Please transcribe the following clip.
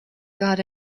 got